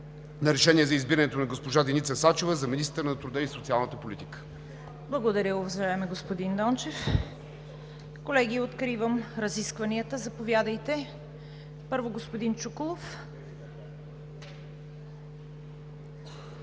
на решение за избирането на госпожа Деница Сачева за министър на труда и социалната политика. ПРЕДСЕДАТЕЛ ЦВЕТА КАРАЯНЧЕВА: Благодаря, уважаеми господин Дончев. Колеги, откривам разискванията. Заповядайте. Първо, господин Чуколов.